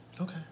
okay